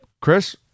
Chris